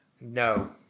No